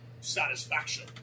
satisfaction